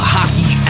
Hockey